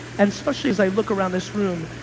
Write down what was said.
and especially as i look around this room,